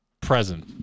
present